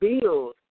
build